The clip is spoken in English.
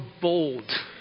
bold